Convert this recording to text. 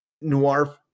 noir